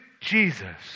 Jesus